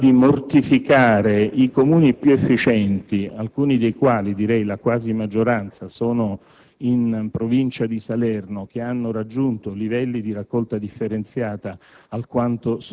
si può mortificare i Comuni più efficienti (alcuni dei quali, direi la quasi maggioranza, si trovano in provincia di Salerno) che hanno raggiunto livelli di raccolta differenziata